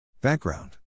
Background